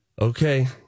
Okay